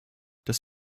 das